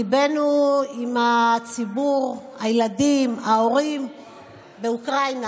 ליבנו עם הציבור, הילדים, ההורים באוקראינה.